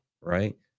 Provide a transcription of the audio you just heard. right